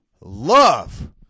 love